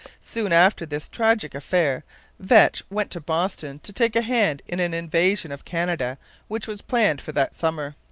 soon after this tragic affair vetch went to boston to take a hand in an invasion of canada which was planned for that summer.